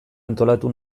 antolatu